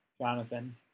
Jonathan